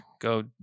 Go